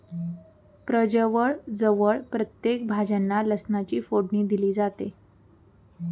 प्रजवळ जवळ प्रत्येक भाज्यांना लसणाची फोडणी दिली जाते